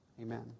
Amen